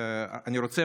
אני רוצה,